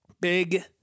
Big